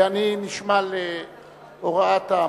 ואני נשמע להוראת המצליף.